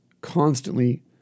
constantly